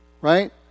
Right